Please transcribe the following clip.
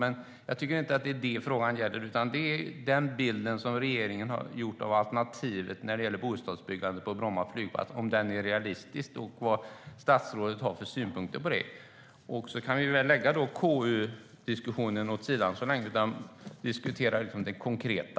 Men jag tycker inte att det är detta frågan gäller, utan det handlar om huruvida den bild regeringen ger av alternativet när det gäller bostadsbyggandet på Bromma flygplats är realistisk och vad statsrådet har för synpunkter på det. KU-diskussionen kan vi väl lägga åt sidan så länge och i stället diskutera det konkreta.